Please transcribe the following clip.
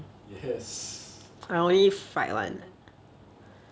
yes